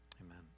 amen